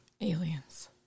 aliens